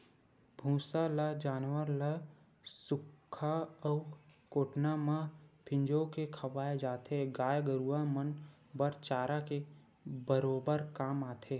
भूसा ल जानवर ल सुख्खा अउ कोटना म फिंजो के खवाय जाथे, गाय गरुवा मन बर चारा के बरोबर काम आथे